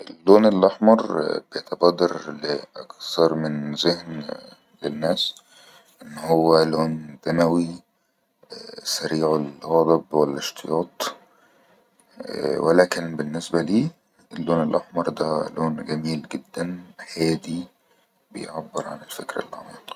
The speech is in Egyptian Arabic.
اللون الاحمر بيتبادر في زهن الناس ان هو لون دموي سريع الغضب والاشتراط ولكن بالنسبه لي اللون الاحمر لون جميل جدن وهتدي بيعبر عن الفكر العميق